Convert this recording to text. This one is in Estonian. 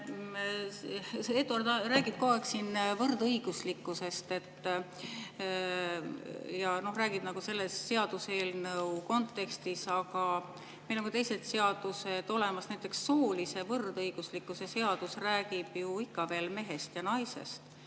sa räägid siin kogu aeg võrdõiguslikkusest ja räägid selle seaduseelnõu kontekstis, aga meil on ka teised seadused olemas. Näiteks soolise võrdõiguslikkuse seadus räägib ju ikka veel mehest ja naisest.